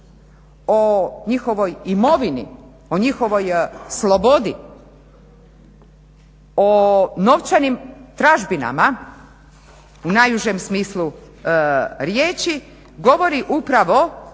o njihovoj imovini o njihovoj slobodi, o novčanim tražbinama u najužem smislu riječi govori upravo